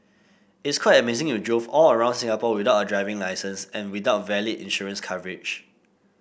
it's quite amazing you drove all around Singapore without a driving licence and without valid insurance coverage